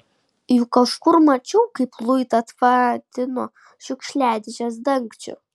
juk kažkur mačiau kaip luitą tvatino šiukšliadėžės dangčiu